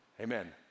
amen